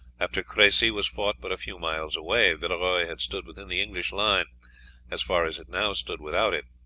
after cressy was fought, but a few miles away, villeroy had stood within the english line as far as it now stood without it.